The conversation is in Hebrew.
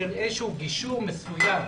איזשהו גישור מסוים.